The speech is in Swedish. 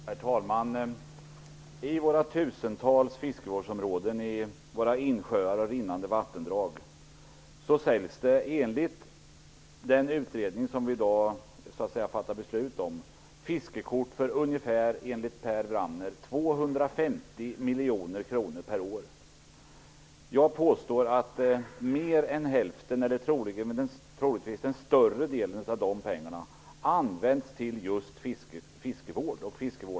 Herr talman! I de tusentals fiskevårdsområdena i våra insjöar och vattendrag säljs det enligt Per Wramners utredning, vars förslag vi i dag fattar beslut om, fiskekort för ungefär 250 miljoner kronor per år. Jag påstår att mer än hälften eller troligtvis största delen av dessa pengar används till just fiskevård.